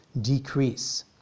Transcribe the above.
decrease